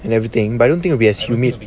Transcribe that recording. and everything but I don't think will be as humid